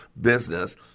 business